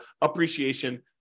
appreciation